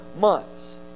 months